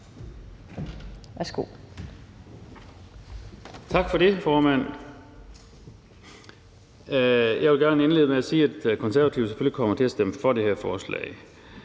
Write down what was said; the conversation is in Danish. Værsgo